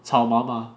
操妈妈